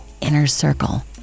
INNERCIRCLE